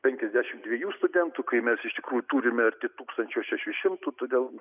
penkiasdešimt dviejų studentų kai mes iš tikrųjų turime arti tūkstančio šešių šimtų todėl